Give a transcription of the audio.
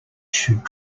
should